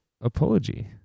apology